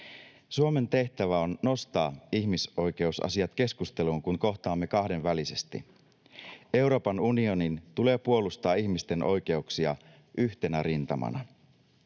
Suomen tehtävä on nostaa ihmisoikeusasiat keskusteluun, kun kohtaamme kahdenvälisesti. Euroopan unionin tulee puolustaa ihmisten oikeuksia yhtenä rintamana.